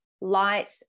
light